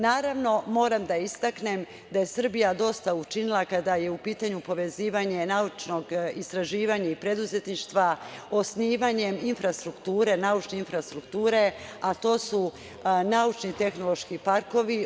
Naravno, moram da istaknem da je Srbija dosta učinila kada je u pitanju povezivanje naučnog istraživanja i preduzetništva, osnivanjem naučne infrastrukture, a to su naučno-tehnološki parkovi.